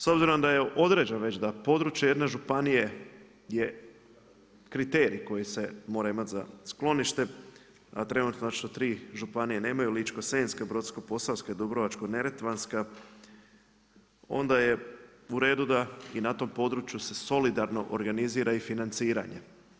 S obzirom da je određeno već da područje jedne županije je kriterij koji se mora imati za sklonište, a trenutačno ti županije nemaju Ličko-senjska, Brodsko-posavska, Dubrovačko-neretvanska onda je uredu da i na tom području se solidarno organizira i financiranje.